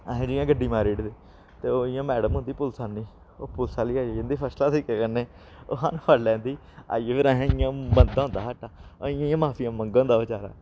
असें जि'यां गड्डी मारी ओड़दे ते ओह् इ'यां मैडम होंदी पुलसानी ओह् पुलस आह्ली आई जंदी फर्स्ट क्लास तरीके कन्नै ओह् सानूं फड़ी लैंदी आइयै फिर असें इ'यां मंदा होंदा हट्टा इ'यां इ'यां माफियां मंग होंदा बेचारा